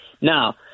Now